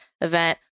event